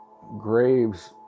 graves